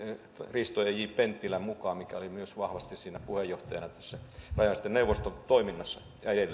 risto e j penttilän joka oli myös vahvasti puheenjohtajana rajaesteneuvoston toiminnassa